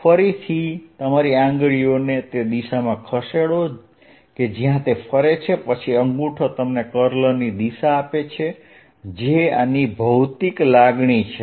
ફરીથી તમારી આંગળીઓને તે દિશામાં ખસેડો કે જ્યાં તે ફરે છે પછી અંગૂઠો તમને કર્લની દિશા આપે છે જે આની ભૌતિક લાગણી છે